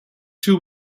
two